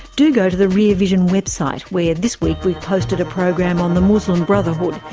do go to the rear vision website, where this week we've posted a program on the muslim brotherhood,